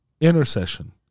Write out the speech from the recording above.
intercession